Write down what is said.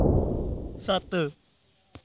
सत्त